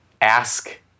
ask